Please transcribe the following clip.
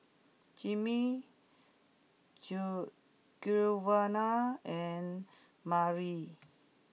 Jimmy Giovanna and Mariel